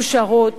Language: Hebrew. מאושרות,